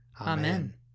Amen